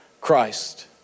Christ